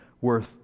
worth